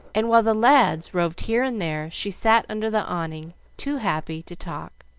and while the lads roved here and there she sat under the awning, too happy to talk.